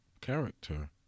character